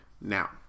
now